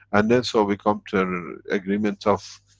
and then so we come to a agreement of